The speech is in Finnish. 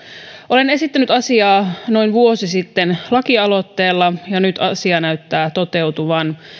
olen esittänyt asiaa noin vuosi sitten lakialoitteella ja nyt asia näyttää toteutuvan